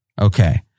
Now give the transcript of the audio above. Okay